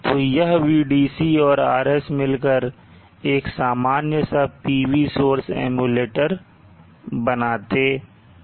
तो यह Vdc और RS मिलकर एक सामान्य सा PV सोर्स एम्युलेटर बनाते हैं